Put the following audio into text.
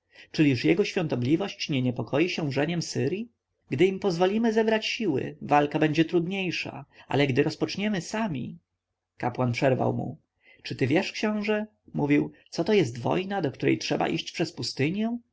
czyliż jego świątobliwość nie niepokoi się wrzeniem asyrji gdy im pozwolimy zebrać siły walka będzie trudniejsza ale gdy rozpoczniemy sami kapłan przerwał mu czy ty wiesz książę mówił co to jest wojna do której trzeba iść przez pustynię